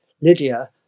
Lydia